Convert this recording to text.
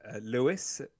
lewis